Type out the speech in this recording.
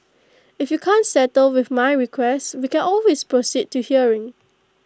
if you can't settle with my request we can always proceed to hearing